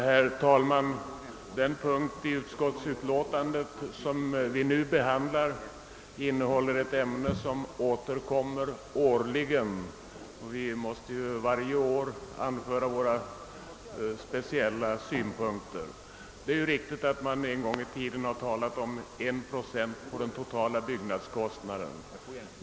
Herr talman! Den punkt i utlåtandet som vi nu behandlar gäller ett ämne som återkommer årligen och där vi varje år måste anföra våra speciella synpunkter. Det är riktigt att man en gång i tiden har talat om att 1 procent på den totala byggnadskostnaden skulle användas för konstnärlig utsmyckning.